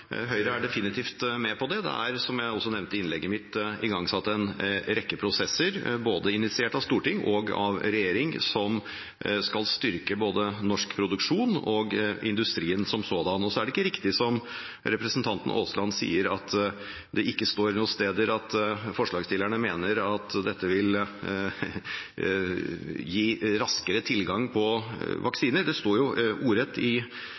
Høyre er definitivt med på det. Det er, som jeg også nevnte i innlegget mitt, igangsatt en rekke prosesser, initiert av både Stortinget og regjeringen, som skal styrke både norsk produksjon og industrien som sådan. Så er det ikke riktig som representanten Aasland sier, at det ikke står noen steder at forslagsstillerne mener at dette vil gi raskere tilgang på vaksiner. Det står jo ordrett i